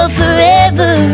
forever